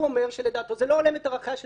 הוא אומר שלדעתו זה לא הולם את ערכיה של